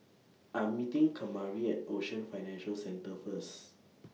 I'm meeting Kamari At Ocean Financial Centre First